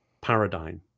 paradigm